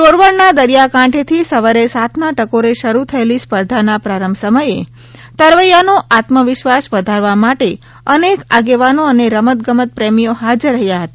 યોરવાડ ના દરિથાકાંઠે થી સવારે સાત ના ટકોરે શરૂ થયેલી સ્પર્ધા ના પ્રારંભ સમયે તરવૈયા નો આત્મવિસવાસ વધારવા માટે અનેક આગેવાનો અને રમતગમત પ્રેમીઓ હાજર રહ્યા હતા